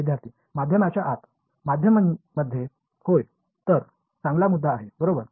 विद्यार्थीः माध्यमाच्या आत माध्यम मध्ये होय एक चांगला मुद्दा आहे बरोबर